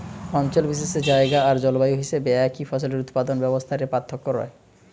অঞ্চল বিশেষে জায়গা আর জলবায়ু হিসাবে একই ফসলের উৎপাদন ব্যবস্থা রে পার্থক্য রয়